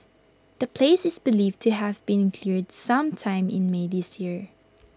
the place is believed to have been cleared some time in may this year